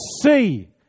see